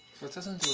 it doesn't